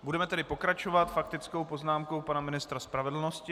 Budeme tedy pokračovat faktickou poznámkou pana ministra spravedlnosti.